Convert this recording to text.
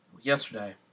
Yesterday